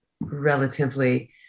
relatively